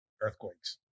Earthquakes